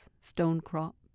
stonecrop